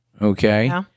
okay